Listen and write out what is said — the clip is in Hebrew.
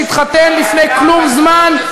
שהתחתן לפני כלום זמן,